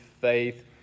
faith